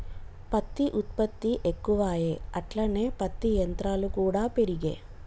పత్తి ఉత్పత్తి ఎక్కువాయె అట్లనే పత్తి యంత్రాలు కూడా పెరిగే